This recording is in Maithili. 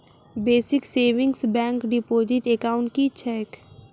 Basic savings bank deposit account की छैक?